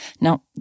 Now